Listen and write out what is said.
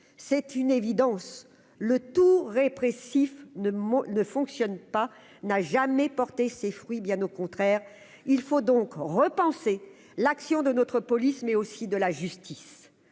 c'est une évidence, le tout répressif ne ne fonctionne pas, n'a jamais porté ses fruits, bien au contraire, il faut donc repenser l'action de notre police, mais aussi de la justice